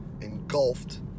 engulfed